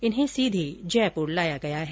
इन्हें सीधे जयपुर लाया गया है